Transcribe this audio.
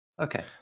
Okay